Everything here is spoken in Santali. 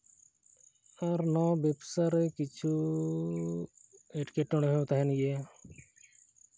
ᱟᱨ ᱱᱚᱣᱟ ᱵᱮᱵᱽᱥᱟ ᱨᱮ ᱠᱤᱪᱷᱩ ᱮᱸᱴᱠᱮᱴᱚᱬᱮ ᱦᱚᱸ ᱛᱟᱦᱮᱱ ᱜᱮᱭᱟ